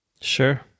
Sure